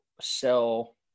sell